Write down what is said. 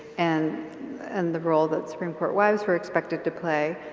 and and the role that supreme court wives were expected to play.